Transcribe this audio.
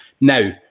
Now